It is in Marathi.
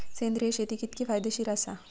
सेंद्रिय शेती कितकी फायदेशीर आसा?